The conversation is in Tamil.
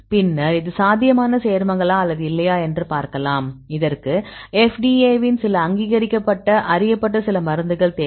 பின்னர் இது சாத்தியமான சேர்மங்களா அல்லது இல்லையா என்று பார்க்கலாம் இதற்கு FDA இன் சில அங்கீகரிக்கப்பட்ட அறியப்பட்ட சில மருந்துகள் தேவை